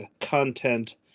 content